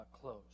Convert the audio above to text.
close